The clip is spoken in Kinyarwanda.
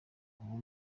uwo